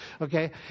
Okay